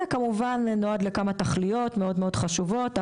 זה כמובן נועד לכמה תחלואות מאוד חשובות,